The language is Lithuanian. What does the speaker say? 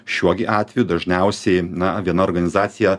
šiuo gi atveju dažniausiai na viena organizacija